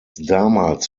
damals